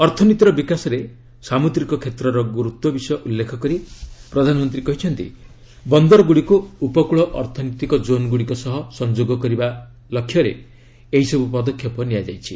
ଅର୍ଥନୀତିର ବିକାଶରେ ସାମୁଦ୍ରିକ କ୍ଷେତ୍ରର ଗୁରୁତ୍ୱ ବିଷୟ ଉଲ୍ଲେଖ କରି ପ୍ରଧାନମନ୍ତ୍ରୀ କହିଛନ୍ତି ବନ୍ଦରଗୁଡ଼ିକୁ ଉପକୂଳ ଅର୍ଥନୈତିକ ଜୋନ୍ ଗୁଡ଼ିକ ସହ ସଫଯୋଗ କରିବା ଲକ୍ଷ୍ୟରେ ଏହିସବୁ ପଦକ୍ଷେପ ନିଆଯାଇଛି